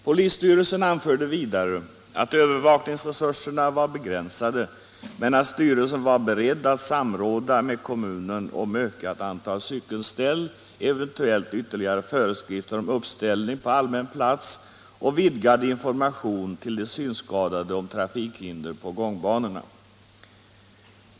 Polisstyrelsen anförde vidare att övervakningsresurserna var begränsade men att styrelsen var beredd att samråda med kommunen om ökat antal cykelställ, eventuella ytterligare föreskrifter om uppställning på allmän plats och vidgad information till de synskadade om trafikhinder på gångbanorna.